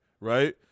right